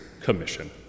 commission